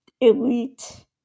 elite